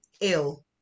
ill